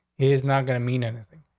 is not going to mean anything,